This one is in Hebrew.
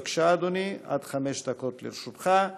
בבקשה, אדוני, עד חמש דקות לרשותך.